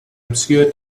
obscure